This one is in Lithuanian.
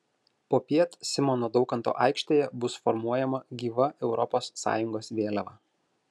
popiet simono daukanto aikštėje bus formuojama gyva europos sąjungos vėliava